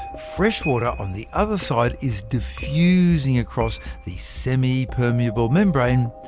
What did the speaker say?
fresh water on the other side is diffusing across the semi-permeable membrane,